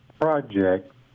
project